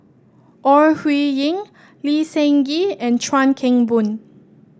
Ore Huiying Lee Seng Gee and Chuan Keng Boon